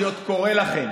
אני עוד קורא לכם: